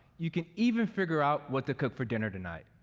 you can even figure out what to cook for dinner tonight.